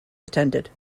attended